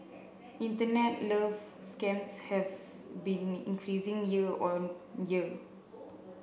internet love scams have been increasing year on year